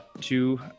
two